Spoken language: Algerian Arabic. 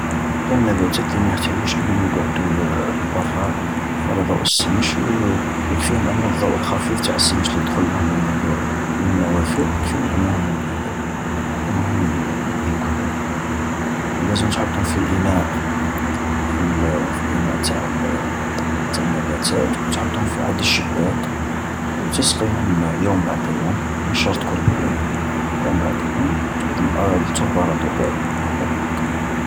كاين النباتات اللي ما يحتاجوش انهم يقعدو البرا على ضوء الشمس، و يكفيهم ان الضوء الخفيف نتع السمش اللي يدخلهم من من النوافذ. يكفيهم انهم انهم يكبرو، ولازم تحطهم في إيناء، في الاناء نتع تع النباتات، و تحطهم ف-عند الشباك. و تسقيهم يوم بعد يوم مش شرط كل يوم، يوم بعد يوم تبقى التربة رطبة. وهذا مكا.